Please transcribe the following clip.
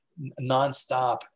nonstop